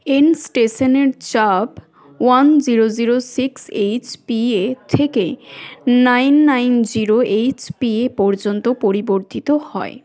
এনস্টেশনের চাপ one zero zero six এইচপিএর থেকে নাইন নাইন জিরো এইচপিএ পর্যন্ত পরিবর্তিত হয়